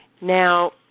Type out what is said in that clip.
Now